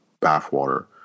Bathwater